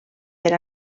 per